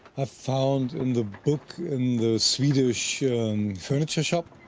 i found in the book in the swedish furniture shop.